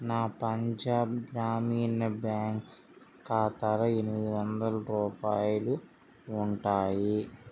నా పంజాబ్ గ్రామీణ బ్యాంక్ ఖాతాలో ఎనిమిది వందల రూపాయాలు ఉంటాయి